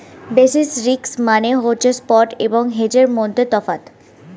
basis risk মানে হচ্ছে spot এবং হেজের মধ্যে তফাৎ